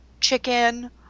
chicken